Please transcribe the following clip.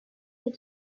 you